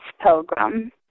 pilgrim